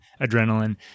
adrenaline